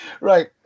right